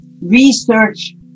research